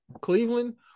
Cleveland